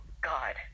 God